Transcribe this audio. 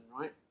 right